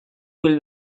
will